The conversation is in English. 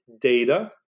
data